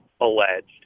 alleged